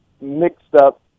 mixed-up